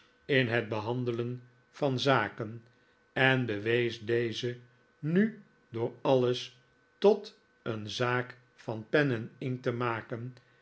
in het behandelen van zaken en bewees deze nu door alles tot een zaak van pen en inkt te maken